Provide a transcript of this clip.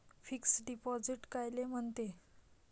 Fix deposit कायले म्हनते?